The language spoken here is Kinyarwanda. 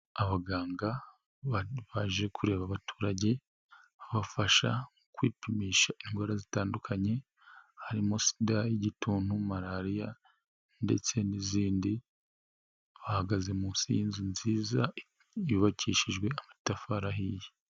Abaganga baje kureba abaturage babafasha kwipimisha indwara zitandukanye harimo: SIDA, igituntu Malariya ndetse n'izindi, bahagaze munsi y'inzu nziza yubakishijwe amatafari ahiye.